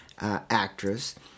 actress